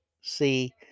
see